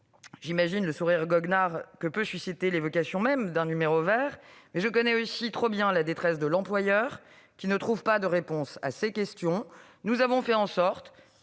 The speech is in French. J'imagine le sourire goguenard que peut susciter l'évocation même d'un numéro vert, mais je connais aussi très bien la détresse de l'employeur qui ne trouve pas de réponses à ses questions. J'ai donc non